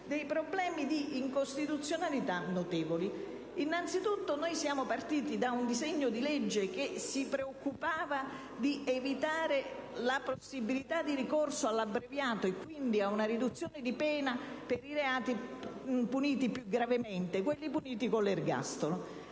dei problemi di incostituzionalità notevoli. Innanzitutto, siamo partiti da un disegno di legge che si preoccupava di evitare la possibilità di ricorso al giudizio abbreviato, e quindi ad una riduzione di pena, per i reati più gravi, quelli puniti con l'ergastolo.